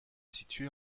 situé